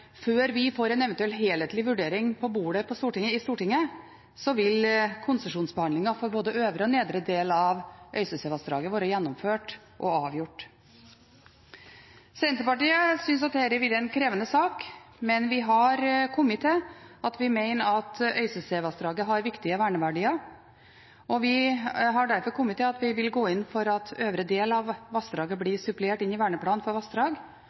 før vi får en eventuell helhetlig vurdering på bordet i Stortinget, vil konsesjonsbehandlingen for både øvre og nedre del av Øystesevassdraget være gjennomført og avgjort. Senterpartiet synes dette har vært en krevende sak, men vi mener at Øystesevassdraget har viktige verneverdier, og har derfor kommet til at vi vil gå inn for at øvre del av vassdraget blir supplert inn i verneplanen for vassdrag.